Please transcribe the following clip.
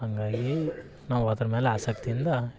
ಹಾಗಾಗಿ ನಾವು ಅದ್ರ ಮೇಲೆ ಆಸಕ್ತಿಯಿಂದ